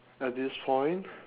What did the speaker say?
at this point